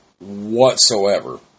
whatsoever